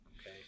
okay